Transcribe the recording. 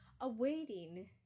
awaiting